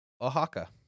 Oaxaca